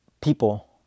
people